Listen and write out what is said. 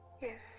yes